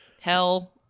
Hell